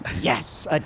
Yes